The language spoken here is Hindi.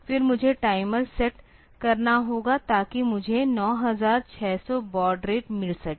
फिर मुझे टाइमर सेट करना होगा ताकि मुझे 9600 बॉड रेट मिल सके